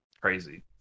crazy